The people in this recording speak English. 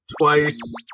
Twice